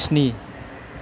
स्नि